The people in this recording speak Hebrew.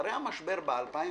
אחרי המשבר ב-2015,